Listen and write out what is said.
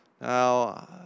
Now